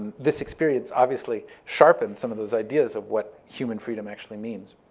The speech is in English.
this experience obviously sharpened some of those ideas of what human freedom actually means.